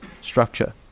structure